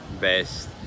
best